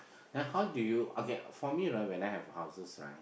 ya how do you for me right when I have houses right